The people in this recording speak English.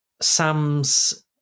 Sam's